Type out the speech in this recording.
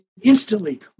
Instantly